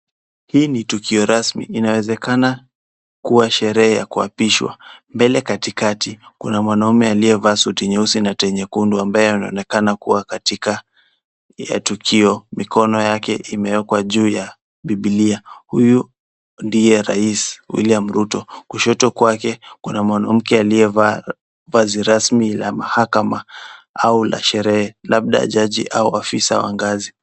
Hii ni tukio rasmi. Inawezekana kuwa sherehe ya kuapishwa. Mbele katikati kuna mwanaume aliyevaa suti nyeusi na tai nyekundu ambaye anaonekana kuwa katika tukio. Mikono yake imewekwa juu ya bibilia. Huyu ndiye rais William Ruto. Kushoto kwake kuna mwanamke aliyevaa vazi rasmi la mahakama au la sherehe labda jaji au afisa wa ngazi.